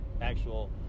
actual